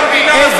מדינה.